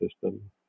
system